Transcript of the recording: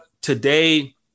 Today